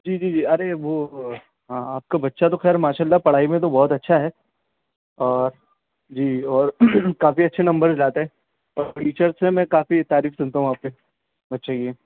جی جی ارے وہ ہاں آپ کا بچہ تو خیرماشااللہ پڑھائی میں تو بہت اچھا ہے اور جی اور کافی اچھے نمبرس لاتا ہے اور ٹیچر سے میں کافی تعریف سنتا ہوں آپ کے بچے کی